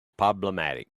problematic